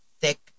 thick